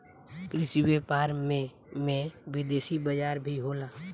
कृषि व्यापार में में विदेशी बाजार भी होला